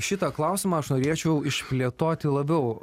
šitą klausimą aš norėčiau išplėtoti labiau